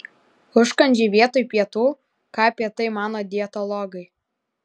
užkandžiai vietoj pietų ką apie tai mano dietologai